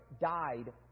died